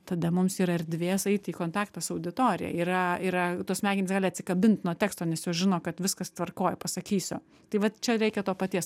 tada mums yra erdvės eiti į kontaktą su auditorija yra yra tos smegenys gali atsikabint nuo teksto nes jos žino kad viskas tvarkoj pasakysiu tai va čia reikia to paties